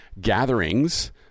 gatherings